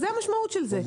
אז זו המשמעות של זה.